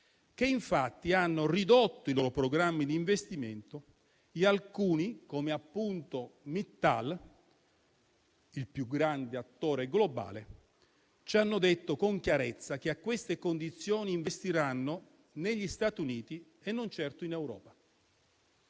che infatti hanno ridotto i loro programmi di investimento e alcuni, come appunto Mittal (il più grande attore globale), ci hanno detto con chiarezza che a queste condizioni investiranno negli Stati Uniti e non certo in Europa.